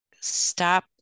stop